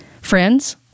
Friends